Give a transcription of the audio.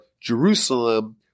Jerusalem